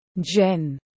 Jen